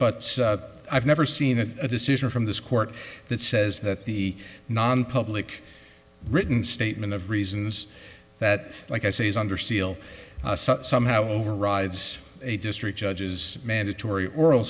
t i've never seen a decision from this court that says that the nonpublic written statement of reasons that like i say is under seal somehow overrides a district judges mandatory oral